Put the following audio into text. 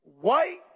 white